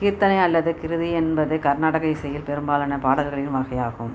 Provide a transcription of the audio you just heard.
கீர்த்தனை அல்லது கிருதி என்பது கர்நாடக இசையில் பெரும்பாலான பாடல்களின் வகையாகும்